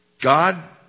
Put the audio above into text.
God